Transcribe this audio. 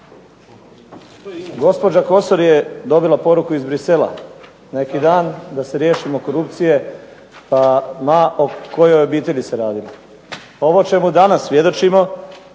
Gospođa Kosor je dobila poruku iz Bruxellesa neki dan da se riješimo korupcije ma o kojoj obitelji se radilo. Ovo čemu danas svjedočimo